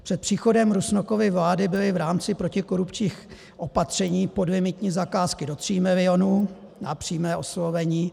Před příchodem Rusnokovy vlády byly v rámci protikorupčních opatření podlimitní zakázky do 3 milionů na přímé oslovení.